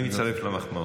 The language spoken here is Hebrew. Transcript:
אני מצטרף למחמאות.